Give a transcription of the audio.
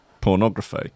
pornography